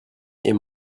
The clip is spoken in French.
est